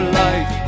life